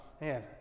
Man